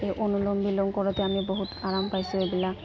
এই অনুুলম্ব বিলম্ব কৰোতে আমি বহুত আৰাম পাইছোঁ এইবিলাক